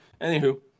Anywho